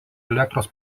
elektros